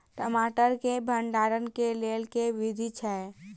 टमाटर केँ भण्डारण केँ लेल केँ विधि छैय?